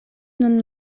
nun